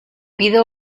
pido